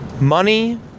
Money